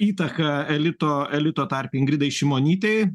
įtaką elito elito tarpe ingridai šimonytei